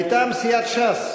נעבור להצעת אי-אמון מטעם סיעת ש"ס: